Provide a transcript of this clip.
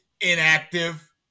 inactive